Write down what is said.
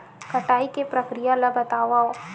कटाई के प्रक्रिया ला बतावव?